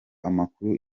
amakuru